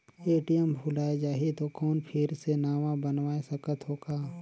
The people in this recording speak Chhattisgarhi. ए.टी.एम भुलाये जाही तो कौन फिर से नवा बनवाय सकत हो का?